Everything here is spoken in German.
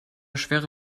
schwere